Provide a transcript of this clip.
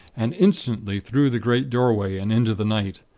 and instantly through the great doorway, and into the night.